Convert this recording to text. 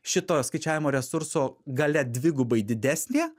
šito skaičiavimo resurso galia dvigubai didesnė